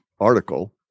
article